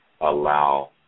allow